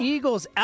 Eagles